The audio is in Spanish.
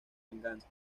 venganza